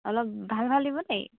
অলপ ভাল ভাল দিব দেই